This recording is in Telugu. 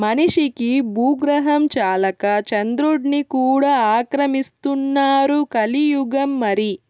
మనిషికి బూగ్రహం చాలక చంద్రుడ్ని కూడా ఆక్రమిస్తున్నారు కలియుగం మరి